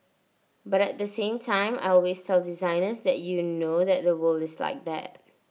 but at the same time I always tell designers that you know that the world is like that